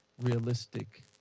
realistic